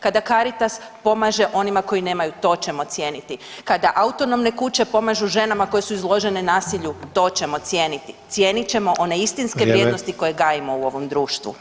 Kada Caritas pomaže onima koji nemaju, to ćemo cijeniti, kada autonomne kuće pomažu ženama koje su izložene nasilju, to ćemo cijeniti, cijenit ćemo one istinske vrijednosti koje gajimo u ovom društvu.